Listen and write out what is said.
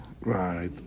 Right